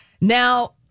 Now